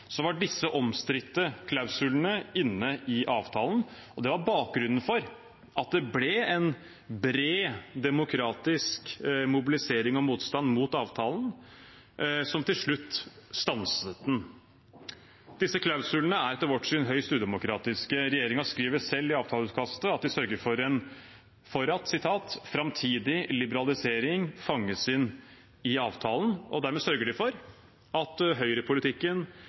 var disse omstridte klausulene inne i avtalen. Det var bakgrunnen for at det ble en bred demokratisk mobilisering og motstand mot avtalen, noe som til slutt stanset den. Disse klausulene er etter vårt syn høyst udemokratiske. Regjeringen skriver selv i avtaleutkastet at de sørget for at «fremtidig liberalisering fanges inn i avtalen», og dermed sørger de for at høyrepolitikken